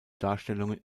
darstellungen